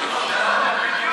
בדיוק חוק כזה.